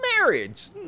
marriage